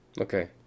Okay